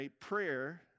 Prayer